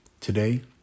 today